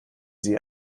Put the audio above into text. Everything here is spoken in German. sie